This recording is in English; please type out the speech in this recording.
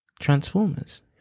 Transformers